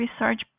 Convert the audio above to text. research